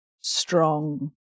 strong